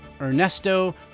Ernesto